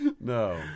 No